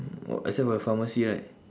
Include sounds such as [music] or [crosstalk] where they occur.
[noise] oh except for the pharmacy right